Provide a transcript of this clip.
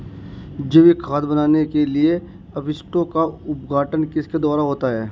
जैविक खाद बनाने के लिए अपशिष्टों का अपघटन किसके द्वारा होता है?